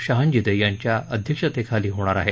शहाजिंदे यांच्या अध्यक्षतेखाली होणार आहे